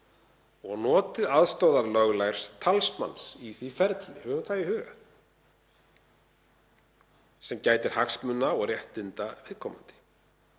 og notið aðstoðar löglærðs talsmanns í því ferli, höfum það í huga, sem gætir hagsmuna og réttinda viðkomandi.